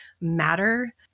matter